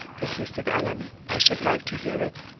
persisted allan, i should like to hear it.